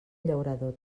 llaurador